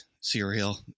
cereal